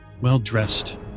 well-dressed